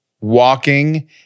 walking